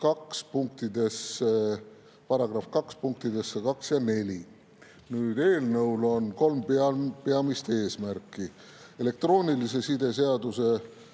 eelnõu § 2 punktidesse 2 ja 4. Eelnõul on kolm peamist eesmärki. Elektroonilise side seaduse